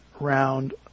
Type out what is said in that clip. Round